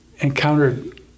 encountered